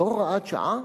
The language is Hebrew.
זו הוראת שעה?